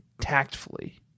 tactfully